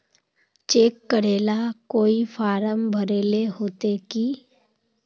Cheque करेला कोई form भरेले होते की?